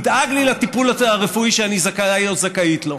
ידאג לי לטיפול הרפואי שאני זכאי או זכאית לו,